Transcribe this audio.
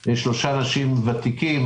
כוללת שלושה אנשים ותיקים,